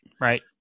Right